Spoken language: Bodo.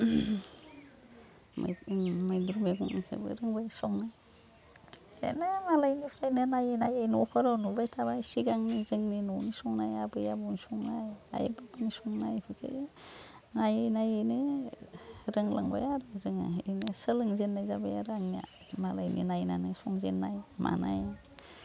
मैद्रु मैगंखौबो रोंबाय संनो बेनो मालायनिफ्राय नायै नायै न'फोराव नुबाय थाबाय सिगांनि जोंनि न'नि संनाया आबै आबौ संनाय आइ आफानि संनाय बेफोरखौ नायै नायैनो रोंलांबाय आरो जोङो बिदिनो सोलोंजेन्नाय जाबाय आरो आंनिया मालायनि नायनानै संजेन्नाय मानाय